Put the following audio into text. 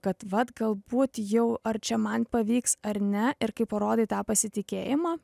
kad vat galbūt jau ar čia man pavyks ar ne ir kai parodai tą pasitikėjimą